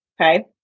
Okay